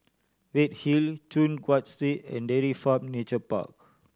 Redhill Choon Guan Street and Dairy Farm Nature Park